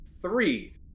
three